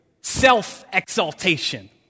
self-exaltation